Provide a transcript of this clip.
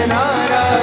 Nara